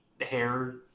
hair